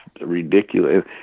ridiculous